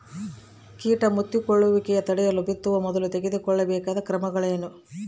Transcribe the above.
ಕೇಟ ಮುತ್ತಿಕೊಳ್ಳುವಿಕೆ ತಡೆಯಲು ಬಿತ್ತುವ ಮೊದಲು ತೆಗೆದುಕೊಳ್ಳಬೇಕಾದ ಕ್ರಮಗಳೇನು?